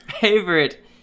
favorite